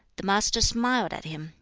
the master smiled at him.